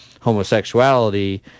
homosexuality